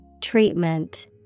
Treatment